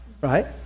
right